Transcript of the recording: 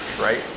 right